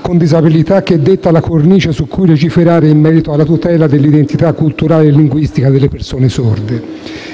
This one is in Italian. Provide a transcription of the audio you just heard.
con disabilità che detta la cornice su cui legiferare in merito alla tutela dell'identità culturale e linguistica delle persone sorde.